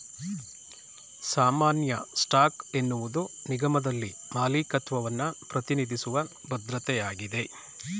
ಸಾಮಾನ್ಯ ಸ್ಟಾಕ್ ಎನ್ನುವುದು ನಿಗಮದಲ್ಲಿ ಮಾಲೀಕತ್ವವನ್ನ ಪ್ರತಿನಿಧಿಸುವ ಭದ್ರತೆಯಾಗಿದೆ